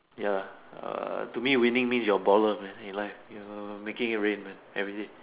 ya err to me winning means you're a baller man in life you know making it rain man everyday